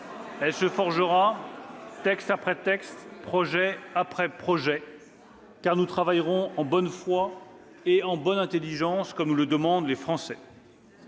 Elle se forgera texte après texte, projet après projet, car nous travaillerons en bonne foi et en bonne intelligence, comme nous le demandent les Français.